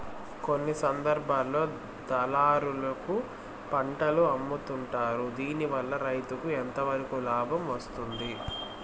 కొన్ని సందర్భాల్లో దళారులకు పంటలు అమ్ముతుంటారు దీనివల్ల రైతుకు ఎంతవరకు లాభం వస్తుంది?